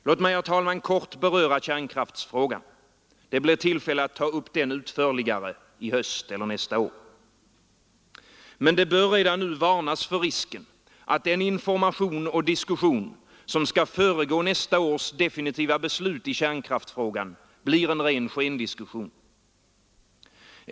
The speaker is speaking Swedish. Låt mig, herr talman, kort beröra kärnkraftsfrågan. Det blir tillfälle att ta upp den utförligare i höst eller nästa år. Men det bör redan nu varnas för risken att den information och diskussion som skall föregå nästa års definitiva beslut i kärnkraftsfrågan blir en ren skendiskussion.